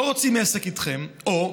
לא רוצים עסק איתכם, או: